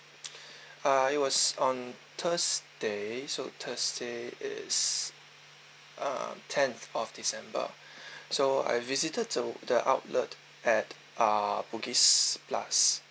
uh it was on thursday so thursday is uh tenth of december so I visited the outlet at uh bugis plus